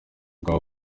bwa